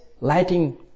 lighting